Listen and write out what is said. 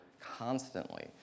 constantly